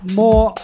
more